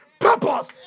purpose